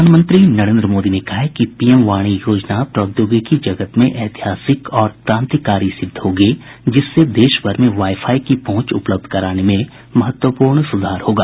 प्रधानमंत्री नरेन्द्र मोदी ने कहा है कि पीएम वाणी योजना प्रौद्योगिकी जगत में ऐतिहासिक और क्रांतिकारी सिद्ध होगी जिससे देश भर में वाई फाई की पहुंच उपलब्ध कराने में महत्वपूर्ण सुधार होगा